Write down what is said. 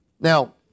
Now